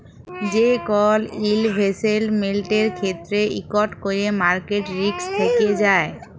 যে কল ইলভেসেটমেল্টের ক্ষেত্রে ইকট ক্যরে মার্কেট রিস্ক থ্যাকে যায়